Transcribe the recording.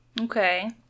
Okay